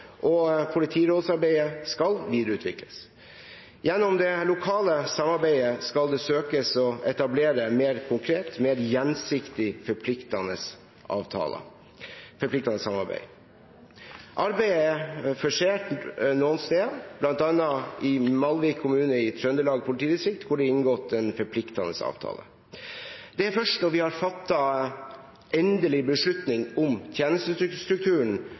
og politirådsarbeidet skal videreutvikles. Gjennom det lokale samarbeidet skal det søkes å etablere mer konkret og gjensidig forpliktende samarbeid. Arbeidet er forsert noen steder, bl.a. i Malvik kommune i Trøndelag politidistrikt, hvor det er inngått en forpliktende avtale. Det er først når vi har fattet endelig beslutning om